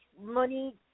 money